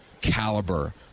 caliber